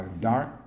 dark